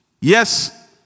Yes